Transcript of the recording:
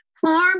Farm